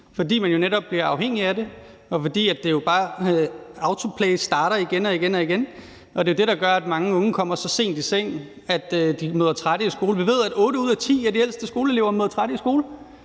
fordi man netop bliver afhængig af det, og fordi autoplay bare starter igen og igen. Det er det, der gør, at mange unge kommer så sent i seng, at de møder trætte i skole. Vi ved, at otte ud af ti af de ældste skoleelever møder trætte i skole.